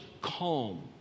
calm